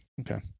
Okay